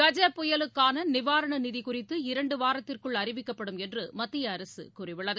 கஜ புயலுக்கான நிவாரண நிதி குறித்து இரண்டு வாரத்திற்குள் அறிவிக்கப்படும் என்று மத்திய அரசு கூறியுள்ளது